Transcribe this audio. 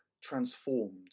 transformed